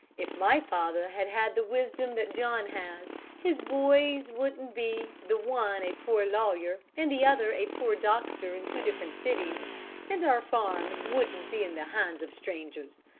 if my father had had the wisdom that john has, his boys wouldn't be the one a poor lawyer and the other a poor doctor in two different cities and our farm wouldn't be in the hands of strangers.